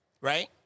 right